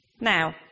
Now